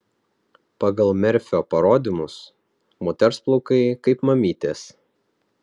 pagal merfio parodymus moters plaukai kaip mamytės